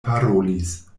parolis